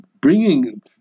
bringing